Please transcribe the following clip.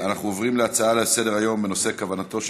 אנחנו עוברים להצעות לסדר-היום בנושא: כוונתו של